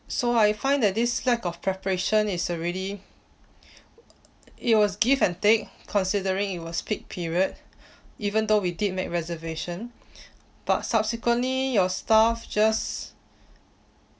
so I find that this lack of preparation is already it was give and take considering it was peak period even though we did make reservation but subsequently your staff just